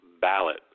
ballot